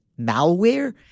malware